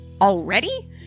already